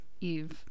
eve